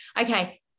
Okay